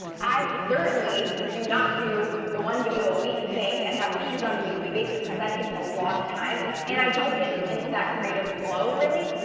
i certainly do not do the one video a week thing, and have to shoot on a weekly basis, because that takes a lot of time. and i don't get into that creative flow, really.